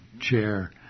chair